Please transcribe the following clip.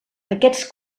aquests